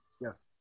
Yes